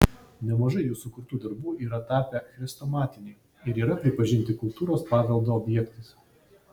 nemažai jų sukurtų darbų yra tapę chrestomatiniai ir yra pripažinti kultūros paveldo objektais